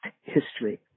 history